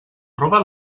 robat